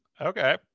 Okay